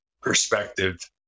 perspective